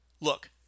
Look